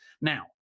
Now